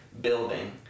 building